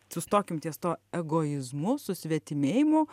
sustokim ties tuo egoizmu susvetimėjimu